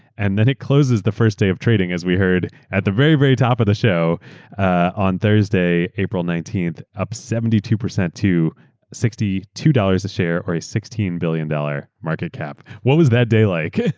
and then it closes the first day of trading, as we heard, at the very, very top of the show on thursday, april nineteenth. up seventy two percent to sixty two dollars a share or a sixteen billion dollars market cap. what was that day like?